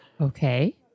Okay